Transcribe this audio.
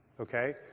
Okay